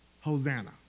Hosanna